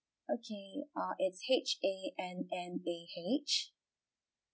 okay uh it's H A N N A H